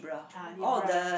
ah Libra